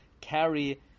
carry